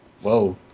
Whoa